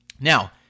Now